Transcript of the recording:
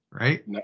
right